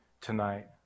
tonight